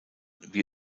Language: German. wie